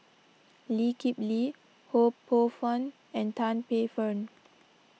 Lee Kip Lee Ho Poh Fun and Tan Paey Fern